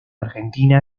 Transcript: argentina